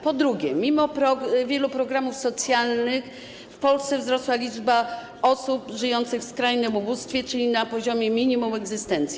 Po drugie, mimo wielu programów socjalnych w Polsce wzrosła liczba osób żyjących w skrajnym ubóstwie, czyli na poziomie minimum egzystencji.